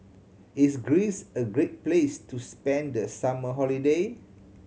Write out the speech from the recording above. is Greece a great place to spend the summer holiday